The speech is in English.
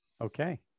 Okay